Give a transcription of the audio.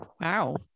Wow